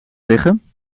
liggen